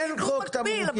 אין חוק תמרוקים.